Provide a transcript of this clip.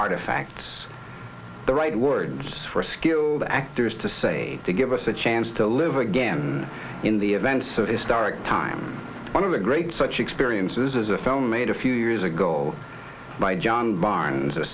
artifacts the right words for skilled actors to say to give us a chance to live again in the events of historic time one of the great such experiences as a film made a few years ago by john barnes a